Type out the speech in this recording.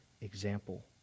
example